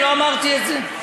אני לא אמרתי את זה.